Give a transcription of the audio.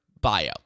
bio